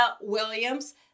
Williams